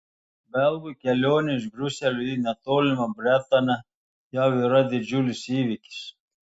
belgui kelionė iš briuselio į netolimą bretanę jau yra didžiulis įvykis